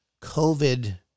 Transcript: COVID